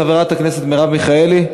חברת הכנסת מרב מיכאלי,